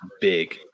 big